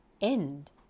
end